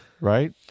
Right